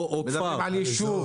מדברים על ישוב.